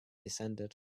descended